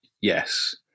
yes